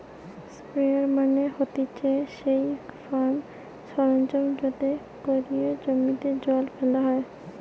sprayer মানে হতিছে সেই ফার্ম সরঞ্জাম যাতে কোরিয়া জমিতে জল ফেলা হয়